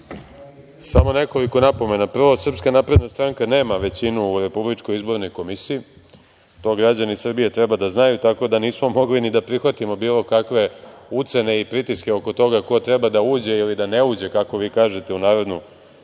Samo nekoliko napomena. Prvo, Srpska napredna stranka nema većinu u Republičkoj izbornoj komisiji, to građani Srbije treba da znaju, tako da nismo mogli ni da prihvatimo bilo kakve ucene i pritiske oko toga ko treba da uđe ili da ne uđe, kako vi kažete u Narodnu